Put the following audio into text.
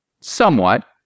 somewhat